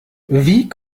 wie